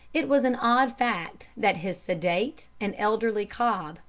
it was an odd fact that his sedate and elderly cob,